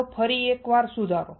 ચાલો ફરી એક વાર સુધારો